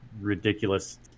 ridiculous